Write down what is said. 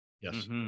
Yes